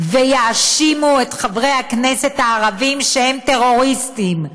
ויאשימו את חברי הכנסת הערבים שהם טרוריסטים.